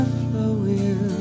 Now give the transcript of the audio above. flowing